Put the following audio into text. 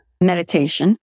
meditation